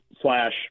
slash